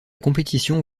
compétition